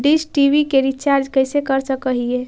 Dish TV के recharge कैसे कर सक हिय?